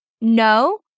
No